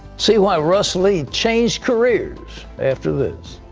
see why russ lee changed careers, after this.